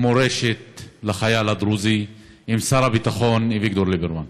המורשת לחייל הדרוזי עם שר הביטחון אביגדור ליברמן.